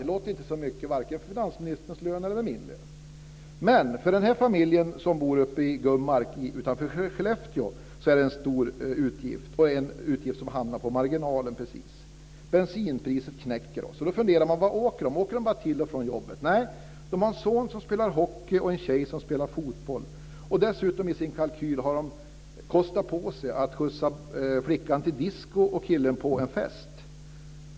Det låter inte som så mycket för finansministerns eller min lön. Men för denna familj i Gummark utanför Skellefteå är det en stor utgift som hamnar på marginalen. "Bensinpriset knäcker oss." Då funderar man på var de åker? Åker de till och från jobbet? Nej, de har en son som spelar hockey och en tjej som spelar fotboll. Dessutom har de i sin kalkyl kostat på sig att skjutsa flickan till disko och killen på en fest.